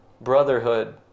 brotherhood